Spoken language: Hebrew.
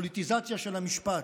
פוליטיזציה של המשפט.